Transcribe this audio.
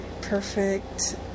Perfect